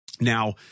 Now